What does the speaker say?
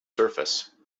surface